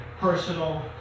personal